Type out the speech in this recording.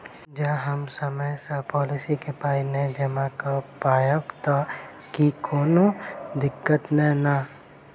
जँ हम समय सअ पोलिसी केँ पाई नै जमा कऽ पायब तऽ की कोनो दिक्कत नै नै?